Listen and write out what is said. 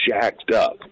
jacked-up